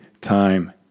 time